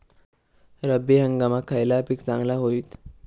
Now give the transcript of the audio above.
रब्बी हंगामाक खयला पीक चांगला होईत?